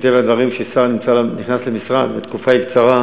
מטבע הדברים, כששר נכנס למשרד והתקופה היא קצרה,